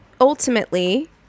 ultimately